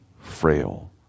frail